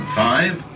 five